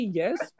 yes